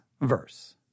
verse